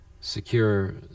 secure